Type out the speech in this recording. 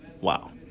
Wow